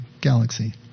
galaxy